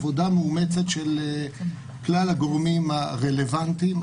עבודה מאומצת של כלל הגורמים הרלוונטיים.